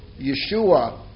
Yeshua